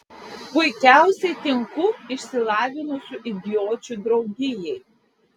puikiausiai tinku išsilavinusių idiočių draugijai